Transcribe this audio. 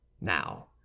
Now